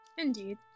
Indeed